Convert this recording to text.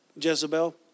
Jezebel